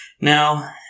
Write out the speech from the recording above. Now